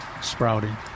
sprouting